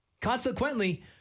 Consequently